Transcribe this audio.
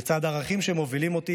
לצד ערכים שמובילים אותי,